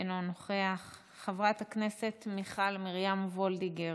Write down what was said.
אינו נוכח, חברת הכנסת מיכל מרים וולדיגר,